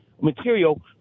material